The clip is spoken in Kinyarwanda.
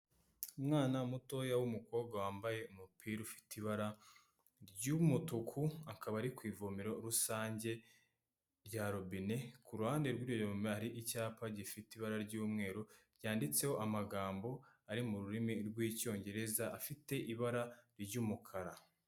Umwana mutoya w'umukobwa wambaye umupira ufite ibara ry'umutuku, akaba ari ku ivomero rusange rya robine, ku ruhande rwe hari icyapa gifite ibara ry'umweru, ryanditseho amagambo ari mu rurimi rw'icyongereza afite ibara ry'umukara.